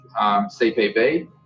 CPB